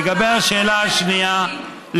לגבי השאלה השנייה,